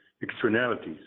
externalities